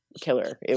killer